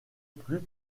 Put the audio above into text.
plus